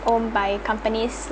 own by companies